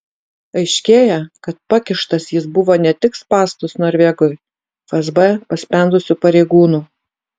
aiškėja kad pakištas jis buvo ne tik spąstus norvegui fsb paspendusių pareigūnų